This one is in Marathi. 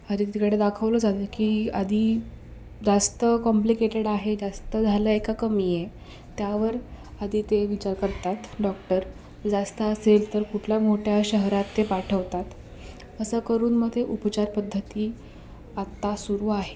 आधी तर तिकडं दाखवलं जातं की आधी जास्त कॉम्प्लिकेटेड आहे जास्त झालं आहे का कमी आहे त्यावर आधी ते विचार करतात डॉक्टर जास्त असेल तर कुठल्या मोठ्या शहरात ते पाठवतात असं करून मग ते उपचारपद्धती आत्ता सुरू आहे